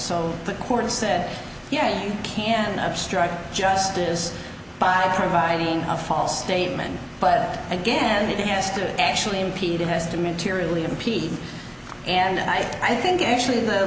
so the court said yes you can obstruct justice by providing a false statement but again it has to actually impede it has to materially impede and i think actually the